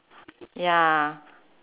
ya